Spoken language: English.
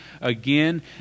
again